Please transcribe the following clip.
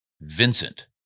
Vincent